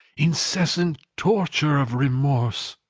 incessant torture of remorse.